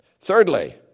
Thirdly